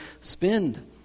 Spend